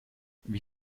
wie